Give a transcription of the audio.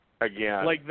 Again